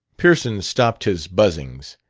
pearson stopped his buzzings,